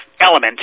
element